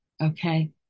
okay